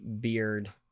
beard